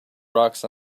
rocks